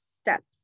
steps